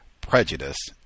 prejudice